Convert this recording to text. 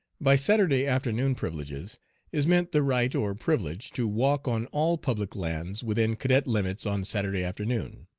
by saturday afternoon privileges is meant the right or privilege to walk on all public lands within cadet limits on saturday afternoon.